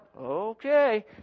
Okay